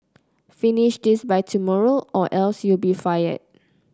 finish this by tomorrow or else you'll be fired